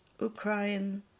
Ukraine